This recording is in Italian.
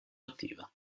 attiva